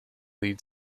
lead